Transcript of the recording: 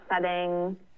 setting